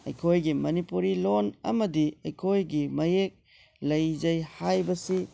ꯑꯩꯈꯣꯏꯒꯤ ꯃꯅꯤꯄꯨꯔꯤ ꯂꯣꯟ ꯑꯃꯗꯤ ꯑꯩꯈꯣꯏꯒꯤ ꯃꯌꯦꯛ ꯂꯩꯖꯩ ꯍꯥꯏꯕꯁꯤ